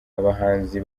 abahanzi